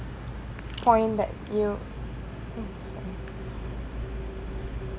point that you